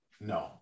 no